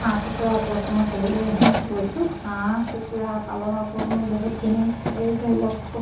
হাঁহ কুকুুৰাৰ ওপৰত মই ক'বলৈ গৈছোঁ হাঁহ কুকুৰা পালনৰ ওপৰত মোৰ বহুতখিনি এই ধৰি লওক